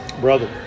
Brother